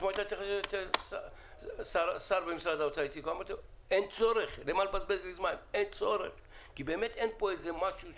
אמרתי לאיציק כהן שאין צורך לבזבז זמן כי באמת אין כאן משהו.